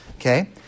Okay